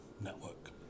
network